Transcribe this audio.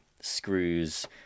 screws